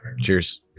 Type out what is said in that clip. cheers